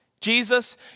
Jesus